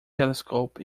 telescope